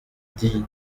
dis